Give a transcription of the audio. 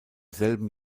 selben